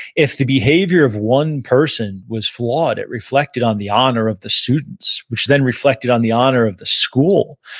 if the behavior of one person was flawed, it reflected on the honor of the students, which then reflected on the honor of the school.